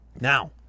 Now